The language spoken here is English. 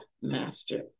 master